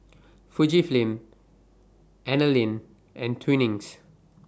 Fujifilm Anlene and Twinings